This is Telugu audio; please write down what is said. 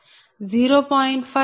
7 0